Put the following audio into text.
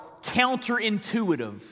counterintuitive